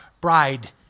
bride